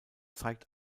zeigt